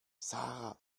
sara